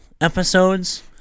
episodes